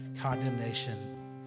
condemnation